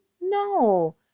no